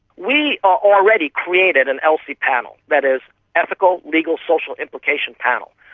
we already created an elsi panel, that is ethical, legal, social implication panel.